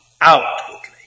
outwardly